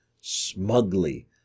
smugly